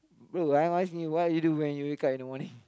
bro I'm asking you why you do when you wake up in the morning